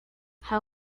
how